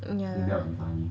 uh ya lah